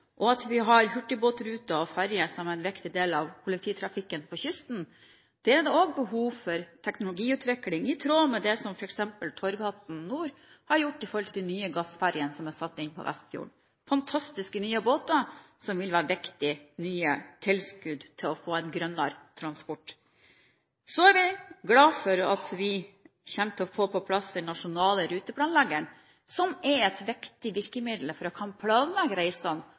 styrke kollektivtrafikken – og hurtigbåtruter og ferjer, som er en viktig del av kollektivtrafikken på kysten. Der er det behov for teknologiutvikling, i tråd med det som f.eks. Torghatten Nord AS har gjort med tanke på de nye gassferjene som er satt inn på Vestfjorden – fantastiske nye båter, som vil være viktige, nye tilskudd til å få en grønnere transportsektor. Vi er glade for at vi kommer til å få på plass den nasjonale ruteplanleggeren, som er et viktig virkemiddel for å